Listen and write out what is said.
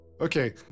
Okay